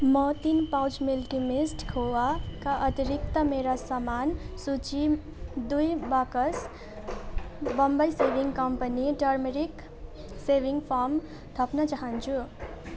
म तिन pouch milky mist खोवाका अतिरिक्त मेरो सामान सूचीमा दुई बाकस Bombay saving company turmeric saving foam थप्न चाहन्छु